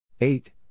eight